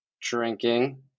drinking